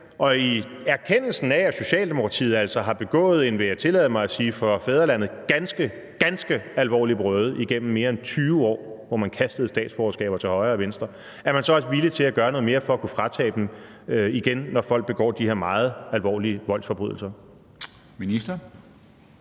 og i erkendelsen af, at Socialdemokratiet altså har begået en, vil jeg tillade mig at sige, for fædrelandet ganske alvorlig brøde igennem mere end 20 år, hvor man kastede statsborgerskaber til højre og venstre, villig til at gøre noget mere for at kunne fratage det igen, når folk begår de her meget alvorlige voldsforbrydelser?